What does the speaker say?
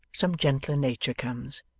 some gentler nature comes.